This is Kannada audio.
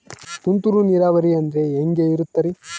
ತುಂತುರು ನೇರಾವರಿ ಅಂದ್ರೆ ಹೆಂಗೆ ಇರುತ್ತರಿ?